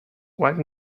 white